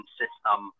system